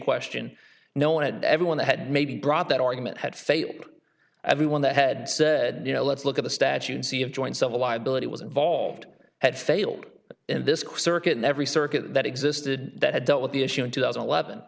question no one had everyone that had maybe brought that argument had faith everyone that had said you know let's look at the statute and see of joint civil liability was involved had failed in this circuit and every circuit that existed that had dealt with the issue in two thousand and eleven